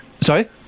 Sorry